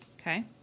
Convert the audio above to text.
okay